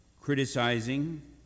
criticizing